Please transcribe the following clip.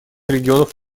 регионов